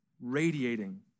radiating